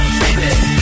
baby